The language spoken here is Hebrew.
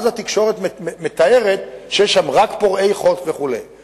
ואז התקשורת מתארת שיש שם רק פורעי חוק וכן הלאה.